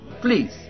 Please